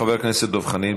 חבר הכנסת דב חנין,